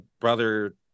brother